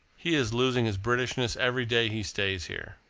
he is losing his britishness every day he stays here.